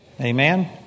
Amen